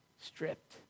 stripped